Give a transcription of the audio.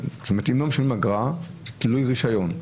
דבר שני, אם לא משלמים אגרה זה תלוי רישיון.